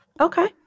Okay